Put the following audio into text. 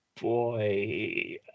Boy